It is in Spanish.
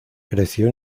creció